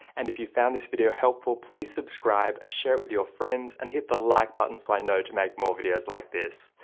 and if you found this video helpful please subscribe, share it with your friends, and hit the like button so i know to make more videos like this.